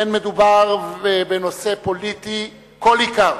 אין מדובר בנושא פוליטי כל עיקר.